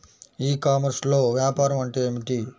ఈ కామర్స్లో వ్యాపారం అంటే ఏమిటి?